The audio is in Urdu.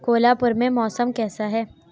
کولہاپور میں موسم کیسا ہے